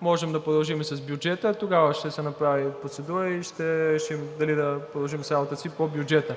можем да продължим и с бюджета, тогава ще се направи процедура и ще решим дали да продължим с работата си по бюджета,